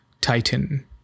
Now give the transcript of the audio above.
Titan